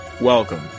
welcome